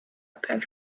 peaks